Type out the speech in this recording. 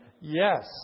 yes